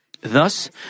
thus